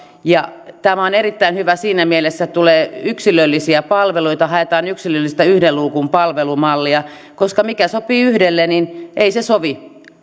ja tämä on erittäin hyvä siinä mielessä että tulee yksilöllisiä palveluita haetaan yksilöllistä yhden luukun palvelumallia koska mikä sopii yhdelle ei sovi